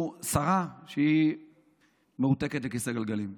שרה שמרותקת לכיסא גלגלים.